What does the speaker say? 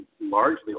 largely